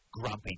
Grumpy